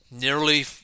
nearly